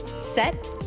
set